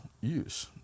use